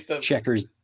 checkers